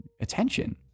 attention